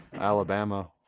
Alabama